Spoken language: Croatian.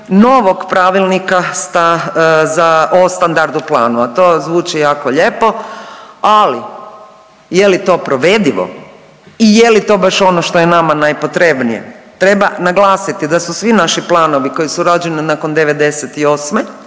novog pravilnika o standardu … planu, a to zvuči jako lijepo. A je li to provedivo? I je li to baš ono što je nama najpotrebnije? Treba naglasiti da su svi naši planovi koji su rađeni nakon 98.